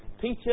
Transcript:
Peter